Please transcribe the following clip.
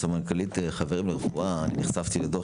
סמנכ"לית "חברים לרפואה", נחשפתי לדוח